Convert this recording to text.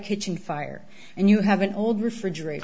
kitchen fire and you have an old refrigerat